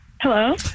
Hello